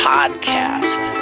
Podcast